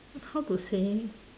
how to say